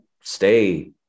stay